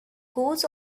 goes